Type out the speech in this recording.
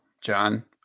John